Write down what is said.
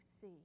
see